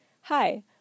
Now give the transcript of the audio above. Hi